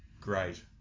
Great